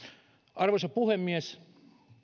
arvoisa puhemies